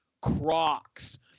crocs